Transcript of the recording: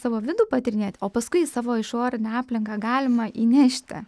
savo vidų patyrinėt o paskui į savo išorinę aplinką galima įnešti